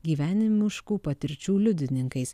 gyvenimiškų patirčių liudininkais